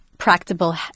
Practical